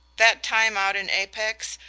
that time out in apex,